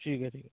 ठीक आहे ठीक आहे